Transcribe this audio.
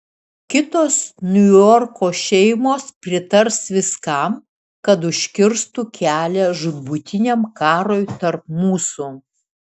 kitos niujorko šeimos pritars viskam kad užkirstų kelią žūtbūtiniam karui tarp mūsų